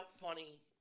funny